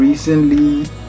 Recently